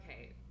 Okay